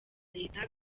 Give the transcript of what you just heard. reta